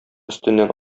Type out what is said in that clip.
өстеннән